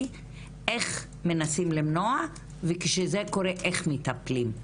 היא איך מנסים למנוע וכשזה קורה איך מטפלים?